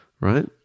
Right